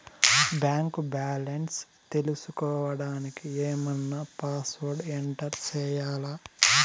Bank balance తెలుసుకోవడానికి ఏమన్నా password enter చేయాలా?